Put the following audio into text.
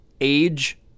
age